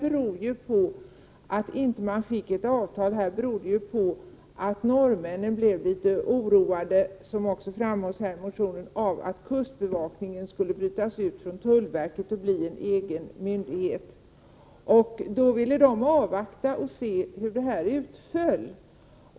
Men jag vill upplysa om att anledningen till att ett avtal inte kom till stånd berodde på att norrmännen blev litet oroade, vilket framgår av motionen, av att kustbevakningen skulle brytas ut från tullverket och bli en egen myndighet. Då ville de avvakta och se hur detta skulle utfalla.